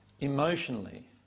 emotionally